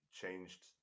changed